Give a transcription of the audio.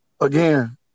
Again